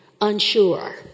unsure